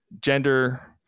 gender